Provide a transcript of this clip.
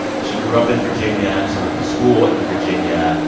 she grew up in virginia. she went to school in virginia.